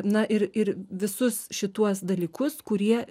na ir ir visus šituos dalykus kurie